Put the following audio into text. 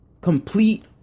Complete